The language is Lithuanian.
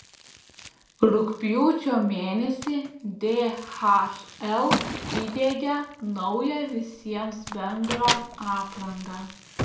rugpjūčio mėnesį dhl įdiegia naują visiems bendrą aprangą